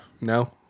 no